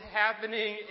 happening